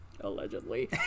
allegedly